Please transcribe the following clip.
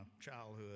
childhood